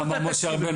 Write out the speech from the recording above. איך אמר משה רבינו,